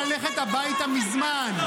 היא הייתה צריכה ללכת הביתה מזמן.